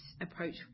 approach